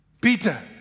Peter